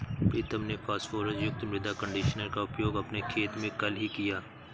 प्रीतम ने फास्फोरस युक्त मृदा कंडीशनर का प्रयोग अपने खेत में कल ही किया